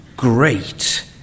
Great